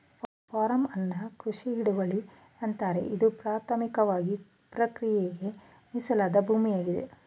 form ಅನ್ನು ಕೃಷಿ ಹಿಡುವಳಿ ಎನ್ನುತ್ತಾರೆ ಇದು ಪ್ರಾಥಮಿಕವಾಗಿಕೃಷಿಪ್ರಕ್ರಿಯೆಗೆ ಮೀಸಲಾದ ಭೂಮಿಯಾಗಿದೆ